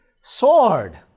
sword